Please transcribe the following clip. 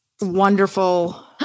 wonderful